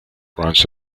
runs